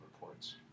reports